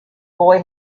boy